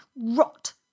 Rot